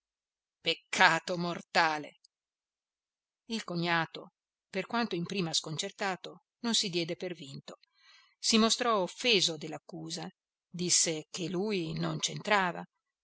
peccato mortale il cognato per quanto in prima sconcertato non si diede per vinto si mostrò offeso dell'accusa disse che lui non